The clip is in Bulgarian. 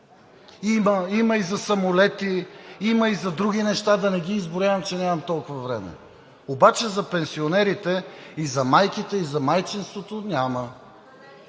Има и за самолети, има и за други неща. Да не ги изброявам, че нямам толкова време. Обаче за пенсионерите, за майките и за майчинството няма.